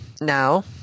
now